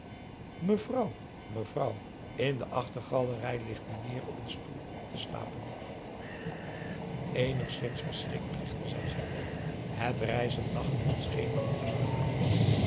mevrouw mevrouw in de achtergalerij ligt mijnheer op een stoel te slapen eenigszins verschrikt richtte zij zich op het rijzend daglicht schemerde tusschen de latjes